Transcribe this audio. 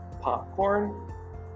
popcorn